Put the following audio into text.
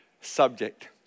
subject